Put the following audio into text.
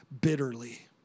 bitterly